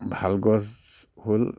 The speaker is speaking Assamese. ভাল গছ হ'ল